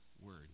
word